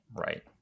Right